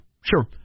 Sure